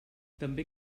també